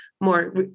more